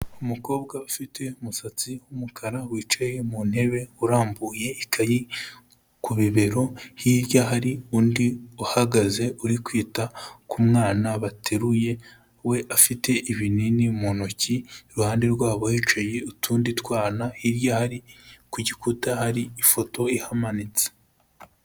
Umukobwa ufite umusatsi w'umukara wicaye mu ntebe, urambuye ikayi ku bibero hirya hari undi uhagaze uri kwita ku mwana bateruye, we afite ibinini mu ntoki, iruhande rwabo hicaye utundi twana, hirya hari ku gikuta hari ifoto ihamanitse.